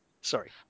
Sorry